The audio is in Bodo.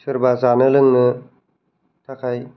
सोरबा जानो लोंनो थाखाय